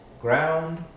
Ground